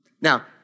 Now